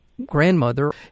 grandmother